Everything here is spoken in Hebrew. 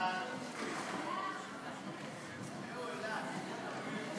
חוק הגבלת שימוש במקום לשם